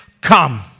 Come